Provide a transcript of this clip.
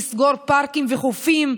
לסגור פארקים וחופים,